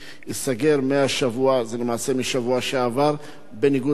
ייסגר מהשבוע, זה למעשה משבוע שעבר, בניגוד לחוק.